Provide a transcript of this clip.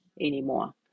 anymore